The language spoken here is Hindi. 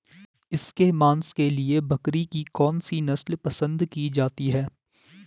इसके मांस के लिए बकरी की कौन सी नस्ल पसंद की जाती है?